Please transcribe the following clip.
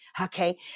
okay